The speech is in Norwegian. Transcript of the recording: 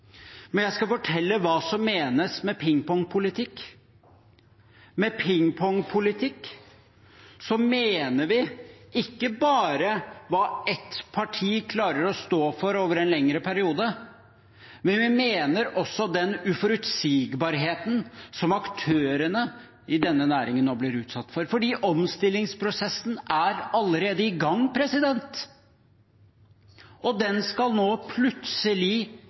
Jeg skal fortelle hva som menes med pingpongpolitikk. Med pingpongpolitikk mener vi ikke bare hva ett parti klarer å stå for over en lengre periode, vi mener også den uforutsigbarheten som aktørene i denne næringen nå blir utsatt for. For omstillingsprosessen er allerede i gang, og den skal nå plutselig